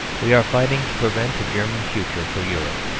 we are fighting to prevent a german future for europe.